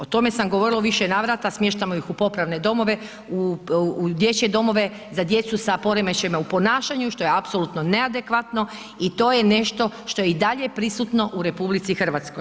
O tome sam govorila u više navrata, smještamo ih u popravne domove, u dječje domove za djecu sa poremećajima u ponašanju što je apsolutno neadekvatno i to je nešto što je i dalje prisutno u RH.